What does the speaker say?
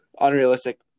Unrealistic